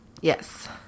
Yes